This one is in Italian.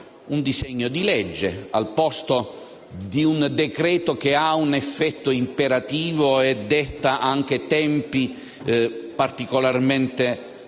un disegno di legge al posto di un decreto-legge, che ha un effetto imperativo e detta tempi particolarmente